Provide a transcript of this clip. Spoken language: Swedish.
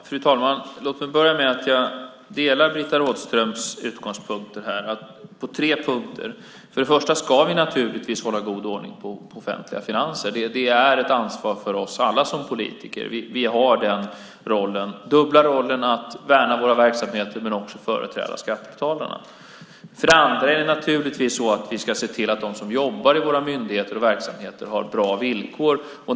Fru talman! Låt mig börja med att säga att jag delar Britta Rådströms utgångspunkter på tre punkter. För det första ska vi naturligtvis hålla god ordning på de offentliga finanserna. Det är ett ansvar för oss alla som politiker. Vi har den dubbla rollen att värna våra verksamheter samtidigt som vi också företräder skattebetalarna. För det andra ska vi se till att de som jobbar i våra myndigheter och verksamheter har bra villkor.